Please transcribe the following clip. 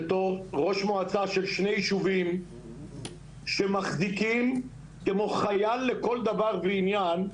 בתור ראש מועצה של שני יישובים שמחזיקים כמו חייל לכל דבר ועניין,